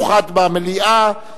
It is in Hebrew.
שבו אנחנו מקיימים דיון מיוחד במליאה,